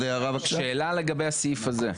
אפשר שאלה לגבי הסעיף הזה?